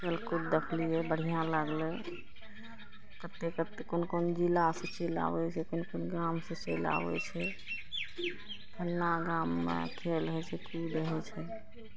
खेलकूद देखलियै बढ़िआँ लागलय कते कते कोन कोन जिलासँ चलि आबय छै कोन कोन गामसँ चलि आबय छै फलना गाममे खेल होइ छै की रहय छै